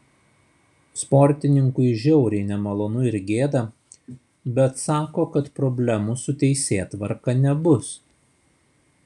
sportininkui žiauriai nemalonu ir gėda bet sako kad problemų su teisėtvarka nebus